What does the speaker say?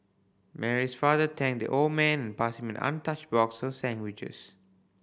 Mary's father thanked the old man passed him an untouched box of sandwiches